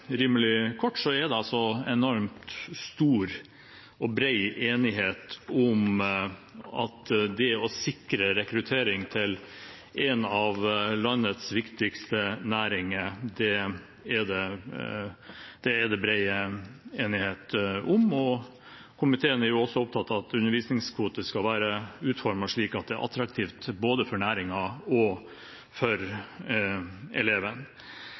rimelig kort – er det enormt stor og bred enighet om det å sikre rekruttering til en av landets viktigste næringer. Komiteen er også opptatt av at undervisningskvote skal være utformet slik at de er attraktive både for næringen og for eleven.